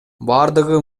бардыгы